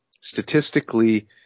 statistically